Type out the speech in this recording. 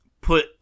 put